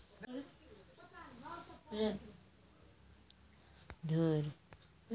पानी के भौतिक गुणो मे से एगो इ छै जे इ अपनो तरल अवस्था मे बरतनो के अकार लिये सकै छै